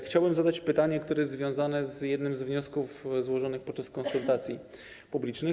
Chciałbym zadać pytanie, które jest związane z jednym z wniosków złożonych podczas konsultacji publicznych.